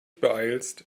beeilst